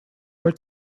were